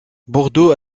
bordeaux